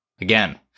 Again